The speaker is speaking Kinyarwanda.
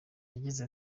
yagize